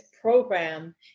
program